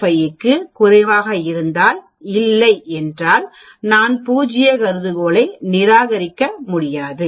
05 க்கும் குறைவாக இருந்தால் இல்லை என்றால் நான் பூஜ்ய கருதுகோளை நிராகரிக்க முடியாது